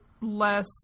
less